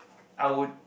I would